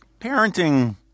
parenting